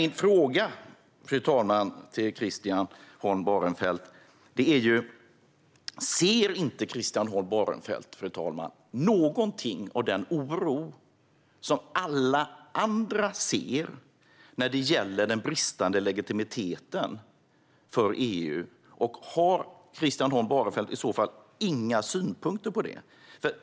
Min fråga till Christian Holm Barenfeld är: Ser du inte något av den oro som alla andra ser när det gäller den bristande legitimiteten för EU? Har Christian Holm Barenfeld i så fall inga synpunkter på detta?